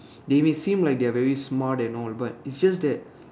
they may seem like they are very smart and all but it's just that